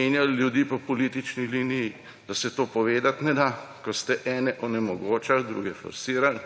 menjali ljudi po politični liniji, da se to povedati ne da, ko ste ene onemogočali, druge forsirali.